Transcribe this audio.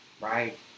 right